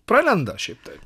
pralenda šiaip taip